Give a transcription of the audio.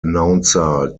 announcer